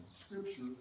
Scripture